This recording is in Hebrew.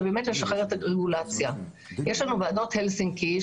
וזה כמובן תמיד הצחיק וגלגל אולמות שונים,